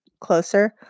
closer